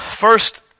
first